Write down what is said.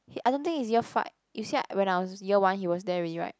he I don't think he is year five you see ah when I was year one he was there already [right]